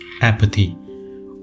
apathy